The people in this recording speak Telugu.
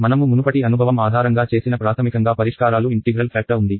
మనము మునుపటి అనుభవం ఆధారంగా చేసిన ప్రాథమికంగా పరిష్కారాలు ఇంట్టిగ్రల్ కారకం ఉంది